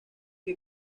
que